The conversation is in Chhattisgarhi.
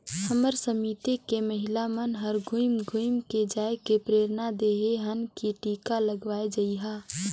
हमर समिति के महिला मन हर घुम घुम के जायके प्रेरना देहे हन की टीका लगवाये जइहा